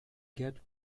get